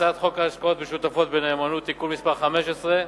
הצעת חוק השקעות משותפות בנאמנות (תיקון מס' 15),